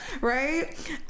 right